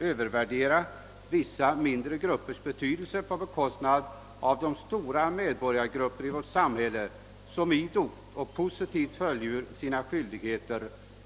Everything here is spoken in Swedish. övervärdera vissa mindre gruppers betydelse på bekostnad av de stora medborgargrupper i vårt samhälle som idogt och positivt fullgör sina skyldigheter.